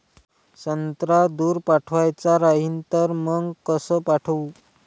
संत्रा दूर पाठवायचा राहिन तर मंग कस पाठवू?